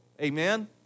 Amen